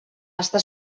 està